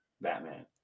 Batman